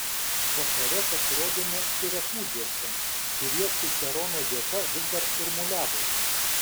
vakare pasirodėme sirakūzuose kurie cicerono dėka vis dar šurmuliavo